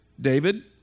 David